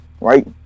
right